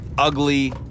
Ugly